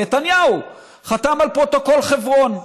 נתניהו חתם על פרוטוקול חברון.